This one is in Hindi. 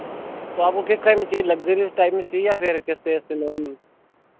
तो आपको किस टाइम में चाहिए लक्जीरियस टाइम में चाहिए या फिर कैसे ऐसे नॉर्मल